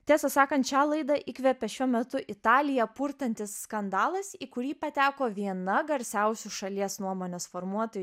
tiesą sakant šią laidą įkvėpė šiuo metu italiją purtantis skandalas į kurį pateko viena garsiausių šalies nuomonės formuotojų